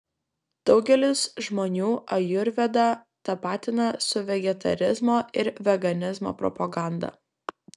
daugelis žmonių ajurvedą tapatina su vegetarizmo ir veganizmo propaganda